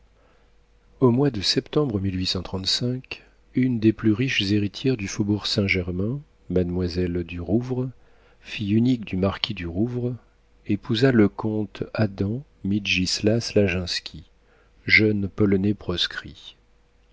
au mois de septembre une des plus riches héritières du faubourg saint-germain mademoiselle du rouvre fille unique du marquis du rouvre épousa le comte adam mitgislas laginski jeune polonais proscrit